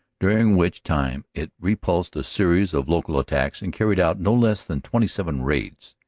during which time it repulsed a series of local attacks and carried out no less than twenty seven raids,